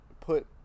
Put